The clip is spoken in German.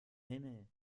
himmel